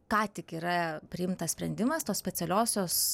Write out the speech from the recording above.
ką tik yra priimtas sprendimas tos specialiosios